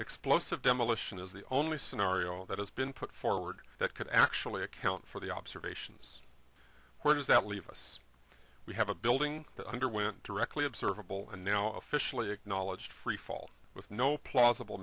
explosive demolition is the only scenario that has been put forward that could actually account for the observations where does that leave us we have a building that underwent directly observable and now officially acknowledged freefall with no plausible